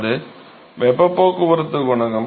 அது வெப்பப் போக்குவரத்து குணகம்